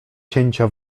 cięcia